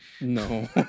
No